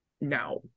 now